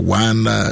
one